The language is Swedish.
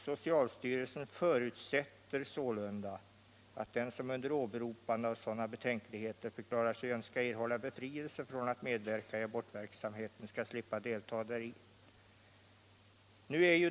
Socialstyrelsen förutsätter sålunda att den som under åberopande av sådana betänkligheter förklarar sig önska erhålla befrielse från sådan verksamhet skall slippa delta däri.